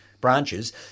branches